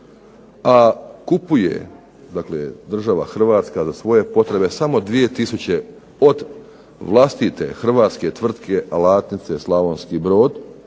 a kupuje država Hrvatska za svoje potrebe samo 2 tisuće od vlastite hrvatske tvrtke "Alatnice" Slavonski Brod,